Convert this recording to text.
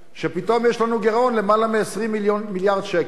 שפתאום יש לנו גירעון למעלה מ-20 מיליארד שקל,